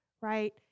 right